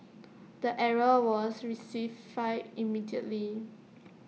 the error was rectified immediately